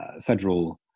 federal